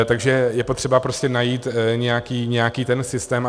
Takže je potřeba prostě najít nějaký ten systém.